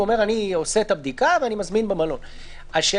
הוא אומר: אני עושה את הבדיקה ואני מזמין במלון.